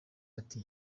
ati